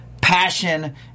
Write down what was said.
passion